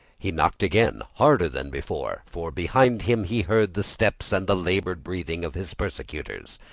he knocked again, harder than before, for behind him he heard the steps and the labored breathing of his persecutors.